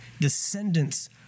descendants